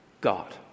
God